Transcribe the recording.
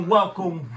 Welcome